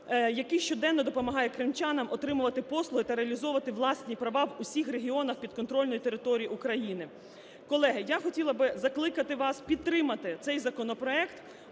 який щоденно допомагає кримчанам отримувати послуги та реалізовувати власні права в усіх регіонах, підконтрольній території України. Колеги, я хотіла б закликати вас підтримати цей законопроект,